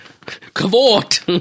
Cavort